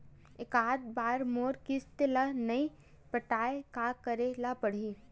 एकात बार मोर किस्त ला नई पटाय का करे ला पड़ही?